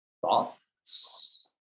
thoughts